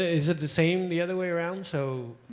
is it the same the other way around, so,